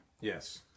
Yes